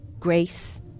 grace